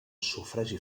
sufragi